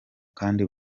kandi